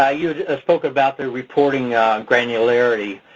ah you ah spoke about the reporting granularity.